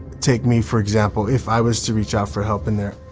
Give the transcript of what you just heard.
take me, for example. if i was to reach out for help in there,